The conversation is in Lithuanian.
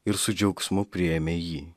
ir su džiaugsmu priėmė jį